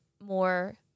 more